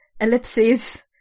ellipses